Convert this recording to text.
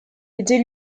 était